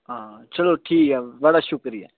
हां चलो ठीक ऐ बड़ा शुक्रिया